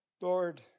Lord